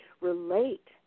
relate